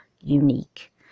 unique